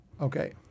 Okay